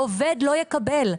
העובד לא יקבל.